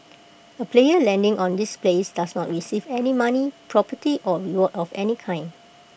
A player landing on this place does not receive any money property or reward of any kind